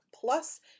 plus